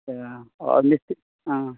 اچھا اور مستری ہاں